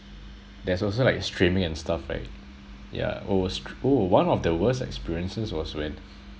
there's also like streaming and stuff right yeah oh one of the worst experiences was when